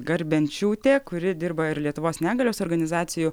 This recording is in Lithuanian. garbenčiūtė kuri dirba ir lietuvos negalios organizacijų